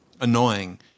annoying